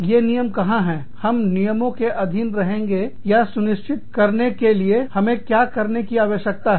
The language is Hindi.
ये नियम कहां है हम नियमों के अधीन रहेंगे यह सुनिश्चित करने के लिए हमें क्या करने की आवश्यकता है